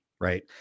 right